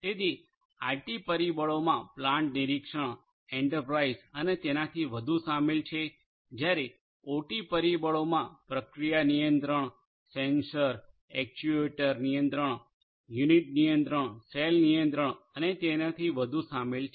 તેથી આઇટી પરિબળોમાં પ્લાન્ટ નિરીક્ષણ એન્ટરપ્રાઇઝ અને તેનાથી વધુ શામેલ છે જ્યારે ઓટી પરિબળોમાં પ્રક્રિયા નિયંત્રણ સેન્સર એક્ટ્યુએટર નિયંત્રણ યુનિટ નિયંત્રણ સેલ નિયંત્રણ અને તેનાથી વધુ શામેલ છે